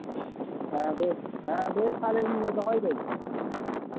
ᱦᱮᱸ ᱵᱮᱥ ᱛᱟᱦᱞᱮ ᱫᱚᱦᱚᱭ ᱫᱟᱹᱧ